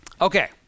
Okay